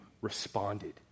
responded